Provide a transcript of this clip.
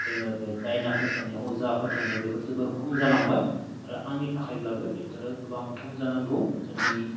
जोङो बे दायना फोथायनायाव अजा फोथायनाय बेफोर जोबोर खम जालांबाय आरो आंनि थाखायब्लाबो बेफोरो गोबां खम जानांगौ जोंनि